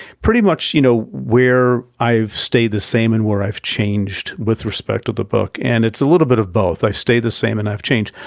pretty much, you know, where i've stayed the same and where i've changed with respect to the book, and it's a little bit of both. i've stayed the same and i've changed,